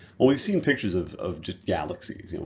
we've seen pictures of of just galaxies, you know,